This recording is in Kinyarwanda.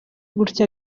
gutyo